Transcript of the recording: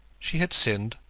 she had sinned,